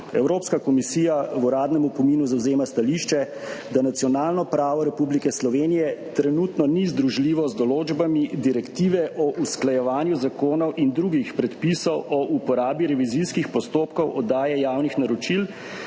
Evropska komisija v uradnem opominu zavzema stališče, da nacionalno pravo Republike Slovenije trenutno ni združljivo z določbami Direktive o usklajevanju zakonov in drugih predpisov o uporabi revizijskih postopkov oddaje javnih naročil